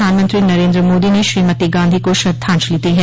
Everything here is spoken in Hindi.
प्रधानमंत्री नरेन्द्र मोदी ने श्रीमती गांधी को श्रद्धांजलि दी है